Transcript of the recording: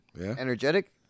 energetic